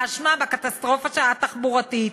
האשמה בקטסטרופה התחבורתית.